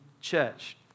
church